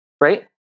right